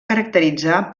caracteritzar